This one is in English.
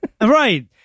Right